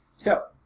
so